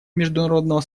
международного